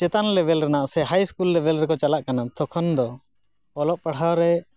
ᱪᱮᱛᱟᱱ ᱞᱮᱵᱮᱞ ᱨᱮᱱᱟᱜ ᱥᱮ ᱦᱟᱭ ᱥᱠᱩᱞ ᱞᱮᱵᱮᱞ ᱨᱮᱠᱚ ᱪᱟᱞᱟᱜ ᱠᱟᱱᱟ ᱛᱚᱠᱷᱚᱱᱫᱚ ᱚᱞᱚᱜ ᱯᱟᱲᱦᱟᱣᱨᱮ